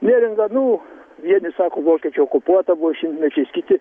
neringa nu vieni sako vokiečiai okupuodavo šimtmečiais kiti